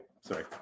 sorry